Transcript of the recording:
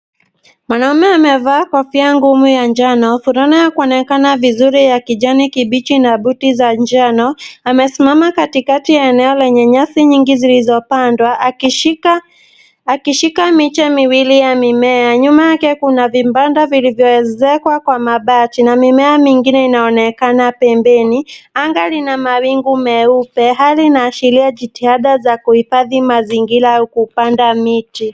Mwanamume amevaa kofia ngumu ya njano, fulana ya kuonekana vizuri ya kijani kibichi na buti za njano, amesimama katikati ya eneo lenye nyasi nyingi zilizopandwa, akishika akishika miche miwili ya mimea. Nyuma yake kuna vibanda vilivyo ezekwa kwa mabati na mimea mingine inaonekana pembeni. Anga lina mawingu meupe, hali inaashiria jitihada za kuhifadhi mazingira au kupanda miti.